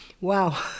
wow